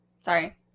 Sorry